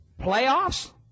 Playoffs